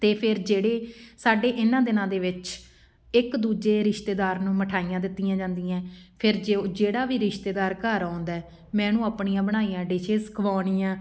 ਅਤੇ ਫਿਰ ਜਿਹੜੇ ਸਾਡੇ ਇਹਨਾਂ ਦਿਨਾਂ ਦੇ ਵਿੱਚ ਇੱਕ ਦੂਜੇ ਰਿਸ਼ਤੇਦਾਰ ਨੂੰ ਮਿਠਾਈਆਂ ਦਿੱਤੀਆਂ ਜਾਂਦੀਆਂ ਫਿਰ ਜੋ ਜਿਹੜਾ ਵੀ ਰਿਸ਼ਤੇਦਾਰ ਘਰ ਆਉਂਦਾ ਮੈਂ ਉਹਨੂੰ ਆਪਣੀਆਂ ਬਣਾਈਆਂ ਡਿਸ਼ਿਸ ਖੁਆਉਂਦੀ ਹਾਂ